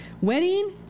Wedding